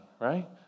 right